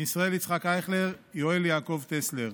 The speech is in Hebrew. ישראל יצחק אייכלר ויואל יעקב טסלר.